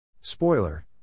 Spoiler